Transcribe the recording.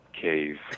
cave